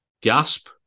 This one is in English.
gasp